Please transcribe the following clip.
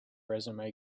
resume